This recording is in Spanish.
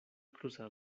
cruzar